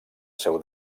seu